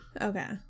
Okay